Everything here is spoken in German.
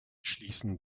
schließen